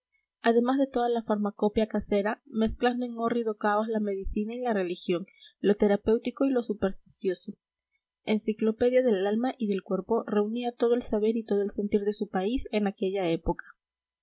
además de toda la farmacopea casera mezclando en hórrido caos la medicina y la religión lo terapéutico y lo supersticioso enciclopedia del alma y del cuerpo reunía todo el saber y todo el sentir de su país en aquella época